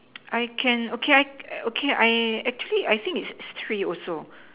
I can okay I okay I actually think it's three also